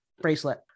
bracelet